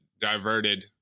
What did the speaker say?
Diverted